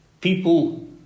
people